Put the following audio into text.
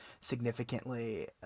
significantly